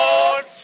Lord